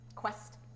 quest